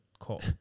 call